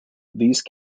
these